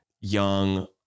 young